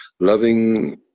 loving